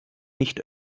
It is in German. nicht